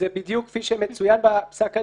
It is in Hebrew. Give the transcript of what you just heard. בדיוק כפי שמצוין בפסק הדין,